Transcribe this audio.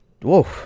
whoa